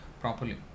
Properly